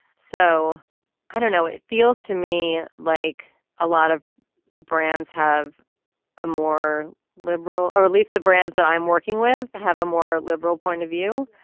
so i don't know what it feels to me like a lot of brands have a more liberal or release the brands that i'm working with have a more liberal point of view.